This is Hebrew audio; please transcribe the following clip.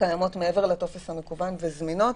קיימות מעבר לטופס המקוון וזמינות,